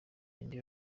ninde